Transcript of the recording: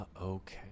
okay